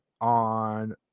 on